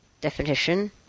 definition